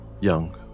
young